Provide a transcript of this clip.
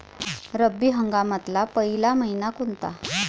रब्बी हंगामातला पयला मइना कोनता?